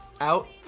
out